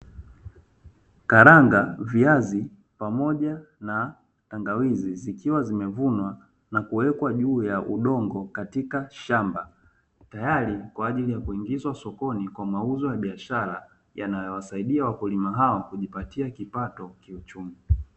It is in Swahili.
Karanga, viazi pamoja na tangawizi zikiwa zimevunwa na kuwekwa juu ya udongo katika shamba tayari kwa ajili ya kuingizwa sokoni kwa mauzo ya biashara yanayowasaidia wakulima hao kujipatia kipato kiuchumi.